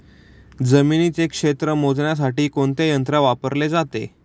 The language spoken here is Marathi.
जमिनीचे क्षेत्र मोजण्यासाठी कोणते यंत्र वापरले जाते?